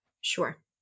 Sure